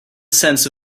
sense